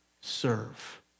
serve